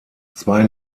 zwei